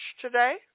today